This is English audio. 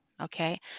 Okay